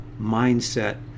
mindset